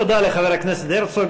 תודה לחבר הכנסת הרצוג.